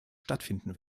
stattfinden